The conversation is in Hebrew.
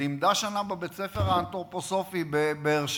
לימדה שנה בבית-הספר האנתרופוסופי בבאר-שבע,